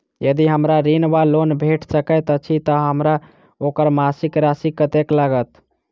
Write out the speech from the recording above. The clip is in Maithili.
यदि हमरा ऋण वा लोन भेट सकैत अछि तऽ हमरा ओकर मासिक राशि कत्तेक लागत?